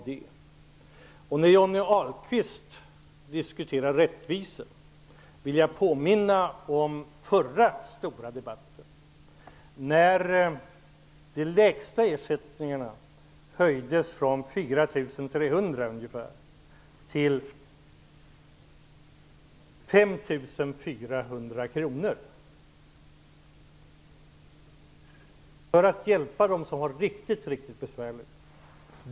Johnny Ahlqvist diskuterar rättvisa. Jag vill då påminna om debatten i samband med det förra stora beslutet, då riksdagen höjde de lägsta ersättningarna från ungefär 4 300 kr till 5 400 kr för att hjälpa dem som har det riktigt riktigt besvärligt.